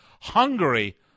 Hungary